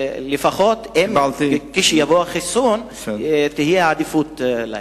שכשיבוא החיסון תהיה להם עדיפות.